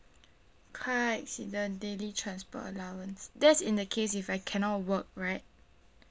car accident daily transport allowance that's in the case if I cannot work right